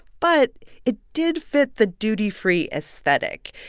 but it did fit the duty-free aesthetic.